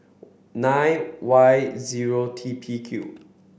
nine Y zero T P Q